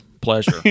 pleasure